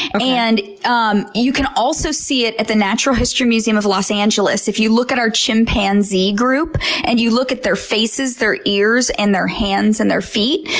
and um you can also see it at the natural history museum of los angeles, if you look at our chimpanzee group and you look at their faces, their ears, and their hands and feet,